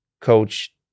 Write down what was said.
coach